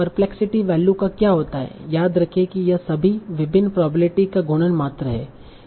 perplexity value का क्या होता है याद रखें कि यह सभी विभिन्न प्रोबेबिलिटी का गुणन मात्र है